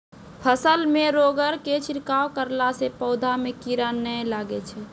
फसल मे रोगऽर के छिड़काव करला से पौधा मे कीड़ा नैय लागै छै?